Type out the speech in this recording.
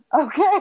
Okay